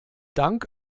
dank